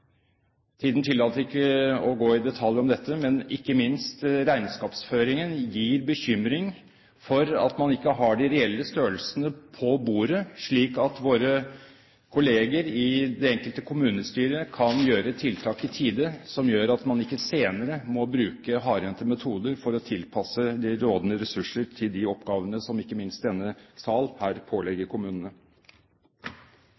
Tiden tillater ikke å gå i detalj om dette, men ikke minst regnskapsføringen gir bekymring for at man ikke har de reelle størrelsene på bordet, slik at våre kolleger i det enkelte kommunestyret kan sette inn tiltak i tide som gjør at man ikke senere må bruke hardhendte metoder for å tilpasse de rådende ressurser til de oppgavene som ikke minst denne sal her